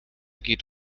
geht